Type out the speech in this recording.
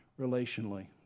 relationally